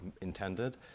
intended